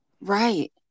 Right